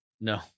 No